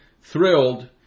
thrilled